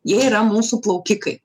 jie yra mūsų plaukikai